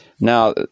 now